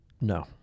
No